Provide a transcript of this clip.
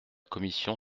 commission